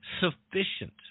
sufficient